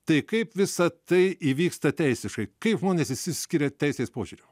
tai kaip visa tai įvyksta teisiškai kaip žmonės išsiskiria teisės požiūriu